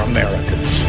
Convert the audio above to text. Americans